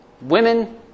women